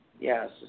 Yes